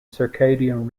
circadian